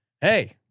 Hey